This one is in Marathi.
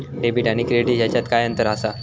डेबिट आणि क्रेडिट ह्याच्यात काय अंतर असा?